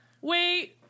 Wait